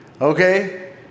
okay